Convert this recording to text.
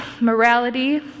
morality